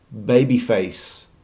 Babyface